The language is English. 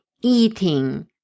eating